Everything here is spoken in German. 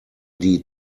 die